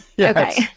Okay